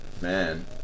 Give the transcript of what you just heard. Man